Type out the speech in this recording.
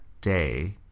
day